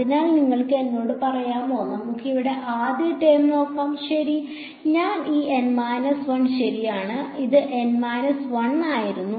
അതിനാൽ നിങ്ങൾക്ക് എന്നോട് പറയാമോ നമുക്ക് ഇവിടെ ആദ്യ ടേം നോക്കാം ശരി ഞാൻ ഈ N 1 ശരിയാണ് ഇത് N 1 ആയിരുന്നു